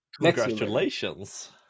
Congratulations